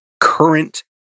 current